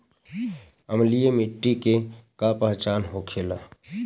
अम्लीय मिट्टी के का पहचान होखेला?